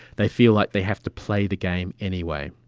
they feel like they have to play the game anyway.